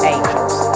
Angels